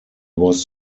was